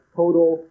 total